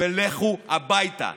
ולכו הביתה.